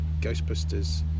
Ghostbusters